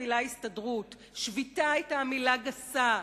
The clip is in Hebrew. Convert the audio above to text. שביתה היתה מלה גסה.